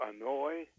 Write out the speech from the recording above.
annoy